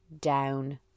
down